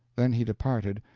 then he departed,